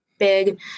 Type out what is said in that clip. big